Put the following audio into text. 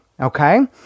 okay